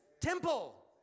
temple